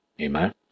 Amen